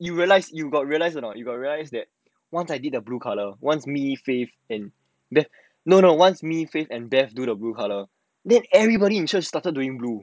and you got realise or not you got realise once I did the blue colour once me faith no no once me faith and deff do the blue colour then everybody interest started doing blue